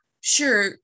sure